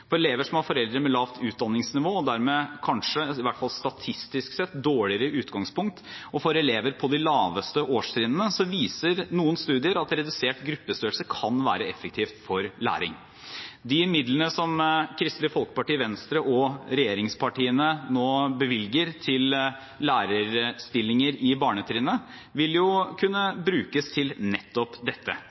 For elever som har foreldre med lavt utdanningsnivå og dermed kanskje – i hvert fall statistisk sett – et dårligere utgangspunkt, og for elever på de laveste årstrinnene viser noen studier at redusert gruppestørrelse kan være effektivt for læring. De midlene som Kristelig Folkeparti, Venstre og regjeringspartiene nå bevilger til lærerstillinger i barnetrinnet, vil jo kunne brukes til nettopp dette.